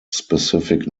specific